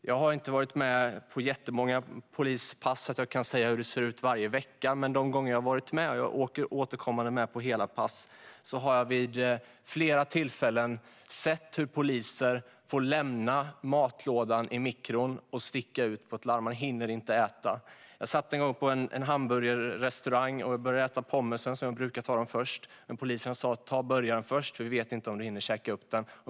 Jag har inte varit med på så många polispass att jag kan säga hur det ser ut varje vecka, men de gånger jag har varit med - och jag åker återkommande med på hela pass - har jag vid flera tillfällen sett hur poliser får lämna matlådan i mikron och sticka ut på ett larm. De hinner inte äta. Jag satt en gång på en hamburgerrestaurang, och jag började äta mina pommes - jag brukar ta dem först - men poliserna sa åt mig att ta burgaren först eftersom man inte vet om man hinner käka upp den.